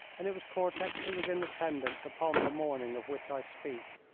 and it was cortex who was in attendance upon the morning of which i speak.